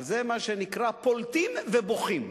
זה מה שנקרא: פולטים ובוכים,